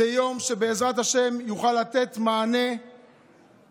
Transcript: זה יום שבעזרת השם יוכל לתת מענה בחכות,